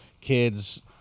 kids